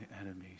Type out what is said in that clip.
enemies